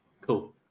cool